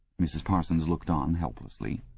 mrs. parsons looked on helplessly.